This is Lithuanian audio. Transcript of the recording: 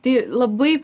tai labai